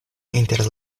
inter